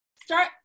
start